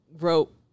wrote